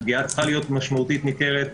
הפגיעה צריכה להיות משמעותית ניכרת,